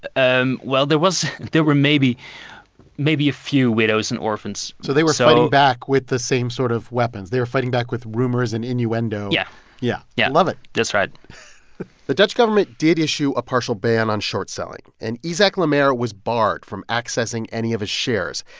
um well, there was there were maybe maybe a few widows and orphans. so. so they were so fighting back with the same sort of weapons. they were fighting back with rumors and innuendo yeah yeah yeah love it that's right the dutch government did issue a partial ban on short selling, and isaac le maire was barred from accessing any of his shares.